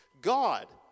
God